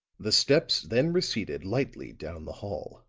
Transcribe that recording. the steps then receded lightly down the hall.